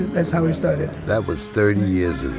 that's how we started. that was thirty years